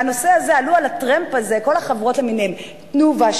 בנושא הזה עלו על הטרמפ הזה כל החברות למיניהן: "תנובה",